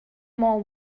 more